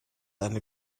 and